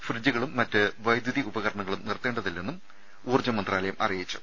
ഫ്രിഡ്ജുകളും മറ്റ് വൈദ്യുതി ഉപകരണങ്ങളും നിർത്തേ ണ്ടതില്ലെന്നും മന്ത്രാലയം അറിയിച്ചു